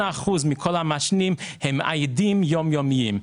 אחוזים מכל המעשנים הם מאיידים יום יומיים.